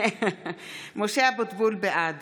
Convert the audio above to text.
משה אבוטבול, בעד